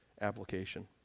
application